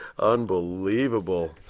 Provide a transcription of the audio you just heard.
Unbelievable